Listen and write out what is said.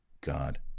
God